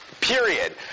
Period